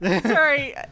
Sorry